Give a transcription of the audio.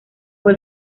fue